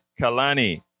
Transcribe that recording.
Kalani